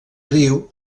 riu